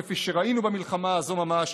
כפי שראינו במלחמה הזו ממש,